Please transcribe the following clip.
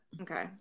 Okay